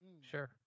Sure